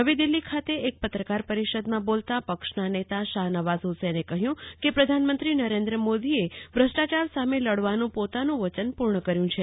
નવી દિલ્હી ખાતે એક પત્રકાર પરિષદમાં બોલતા પક્ષના નેતા શાહ નવાઝ હુસેને કહ્યું કે પ્રધાનમંત્રી નરેન્દ્ર મોદીએ ભ્રષ્ટાચાર સામે લડવાનું પોતાનું વચન પૂર્ણ કર્યું છે